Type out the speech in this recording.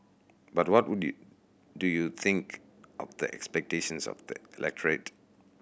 but what would you do you think of the expectations of the electorate